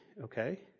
okay